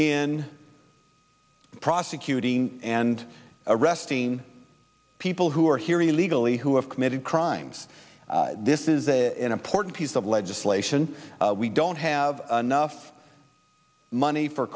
in prosecuting and arresting people who are here illegally who have committed crimes this is an important piece of legislation we don't have enough money for